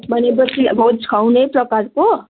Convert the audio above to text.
भनेपछि भोज खुवाउने प्रकारको